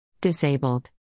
Disabled